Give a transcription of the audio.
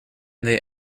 they